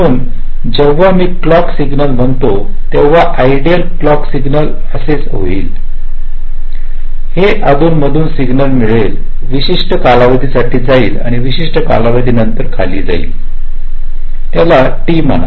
म्हणून जेव्हा मी क्लॉक सिग्नल म्हणतो तेव्हा आयडियल क्लॉक सिग्नल असेच होईल हे अधून मधून सिग्नल मळेल विशिष्ट्य कालािधीसह जाईल आणि विशिष्ट्य वेळेनंतर खाली जाईल त्याला t म्हणा